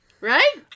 right